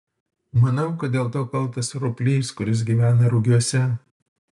manau kad dėl to kaltas roplys kuris gyvena rugiuose